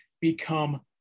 become